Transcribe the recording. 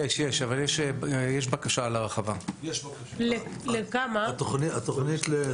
עשר יחידות ביישובים הכלליים,